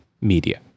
media